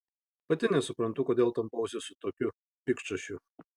pati nesuprantu kodėl tampausi su tokiu piktšašiu